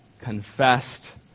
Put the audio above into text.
confessed